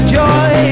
joy